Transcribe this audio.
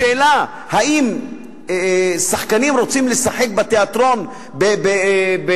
השאלה אם שחקנים רוצים לשחק בתיאטרון באריאל,